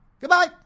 Goodbye